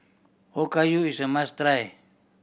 okayu is a must try